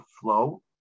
flow